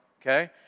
okay